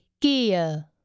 gehe